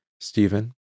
Stephen